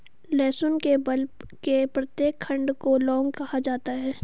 लहसुन के बल्ब के प्रत्येक खंड को लौंग कहा जाता है